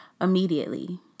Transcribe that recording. immediately